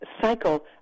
cycle